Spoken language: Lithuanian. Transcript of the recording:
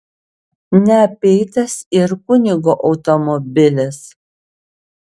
neapeitas ir kunigo automobilis